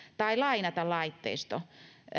tai lainata laitteisto